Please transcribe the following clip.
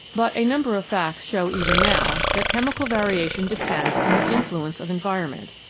but a number of facts show even now that chemical variation depends on the influence of environment,